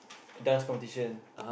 dance competition